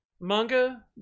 manga